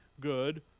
good